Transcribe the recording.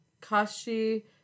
Kashi